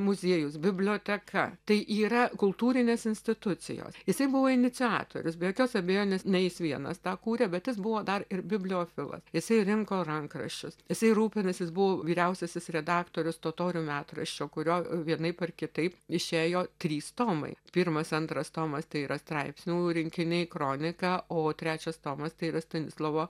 muziejus biblioteka tai yra kultūrinės institucijos jisai buvo iniciatorius be jokios abejonės ne jis vienas tą kūrė bet jis buvo dar ir bibliofilas jisai rinko rankraščius jisai rūpinęsis buvo vyriausiasis redaktorius totorių metraščio kurio vienaip ar kitaip išėjo trys tomai pirmas antras tomas tai yra straipsnių rinkiniai kronika o trečias tomas tai yra stanislovo